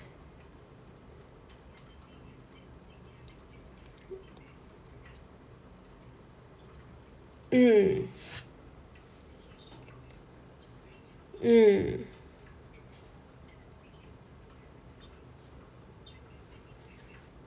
mm mm